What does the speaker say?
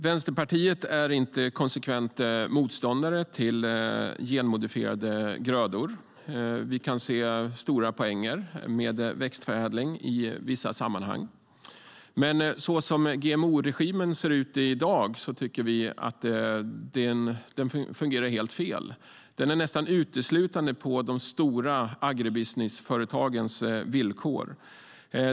Vänsterpartiet är inte konsekvent motståndare till genmodifierade grödor. Vi kan se stora poänger med växtförädling i vissa sammanhang. Men så som GMO-regimen ser ut i dag tycker vi att den fungerar helt fel. Den är nästan uteslutande på de stora agribusinessföretagens villkor.